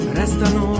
restano